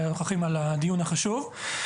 נראה את הרכבת מגיעה בתדירות גבוהה,